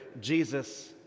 Jesus